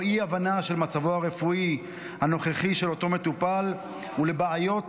או לאי-הבנה של מצבו הרפואי הנוכחי של אותו מטופל ולבעיות